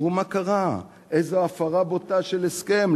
ותראו מה קרה, איזו הפרה בוטה של הסכם.